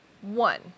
One